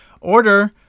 Order